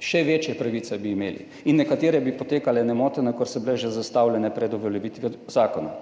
Še večje pravice bi imeli in nekatere bi potekale nemoteno, ker so bile zastavljene že pred uveljavitvijo zakona.